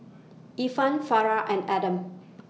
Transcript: Irfan Farah and Adam